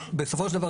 שבסופו של דבר,